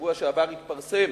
שבשבוע שעבר התפרסם